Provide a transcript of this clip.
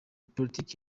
politiki